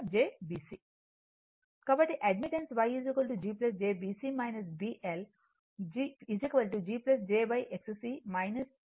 కాబట్టి admittance Y G j BC BL G j 1XC 1XL